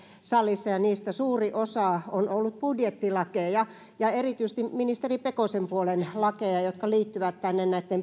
salissa ja niistä suuri osa on ollut budjettilakeja ja erityisesti ministeri pekosen puolen lakeja jotka liittyvät näiden